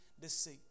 deceit